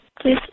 Please